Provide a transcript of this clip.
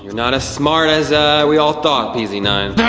not as smart as we all thought, p z nine. ah,